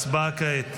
הצבעה כעת.